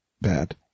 Bad